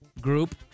group